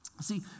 See